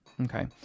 okay